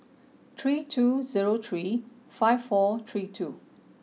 three two zero three five four three two